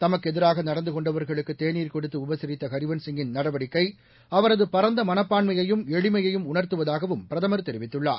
தமக்கு எதிராக நடந்து கொண்டவர்களுக்கு தேனீர் கொடுத்து உபசரித்த ஹரிவன்ஷ் சிங்கின் நடவடிக்கை மனப்பான்மையையும் எளிமையையும் அவரது பாந்த உணர்த்துவதாகவும் பிரதமர் தெரிவித்துள்ளார்